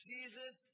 Jesus